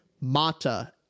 Mata